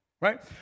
right